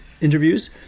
interviews